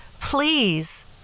please